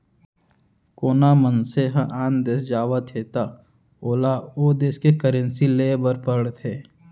कोना मनसे ह आन देस जावत हे त ओला ओ देस के करेंसी लेय बर पड़थे